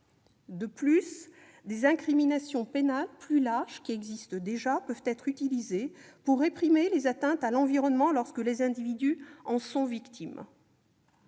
De plus, des incriminations pénales plus larges, qui existent déjà, peuvent être utilisées pour réprimer les atteintes à l'environnement lorsque les individus en sont victimes.